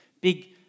big